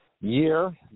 year